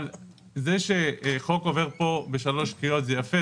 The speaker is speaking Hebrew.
אבל זה שחוק עובר פה בשלוש קריאות זה יפה,